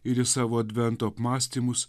ir į savo advento apmąstymus